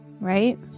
Right